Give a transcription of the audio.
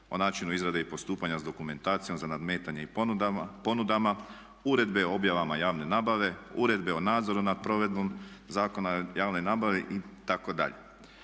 o načinu izrade i postupanja s dokumentacijom za nadmetanje i ponudama, uredbe o objavama javne nabave, uredbe o nadzoru nad provedbom Zakona o javnoj nabavi itd.